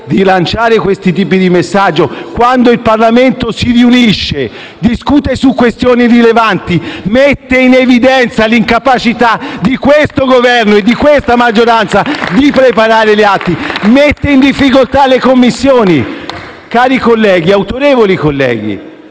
di lanciare questo tipo di messaggio. Quando il Parlamento si riunisce e discute su questioni rilevanti mette in evidenza l'incapacità di questo Governo e di questa maggioranza di preparare gli atti *(Applausi dal Gruppo PD)*, mette in difficoltà le Commissioni. Autorevoli colleghi,